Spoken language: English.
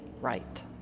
right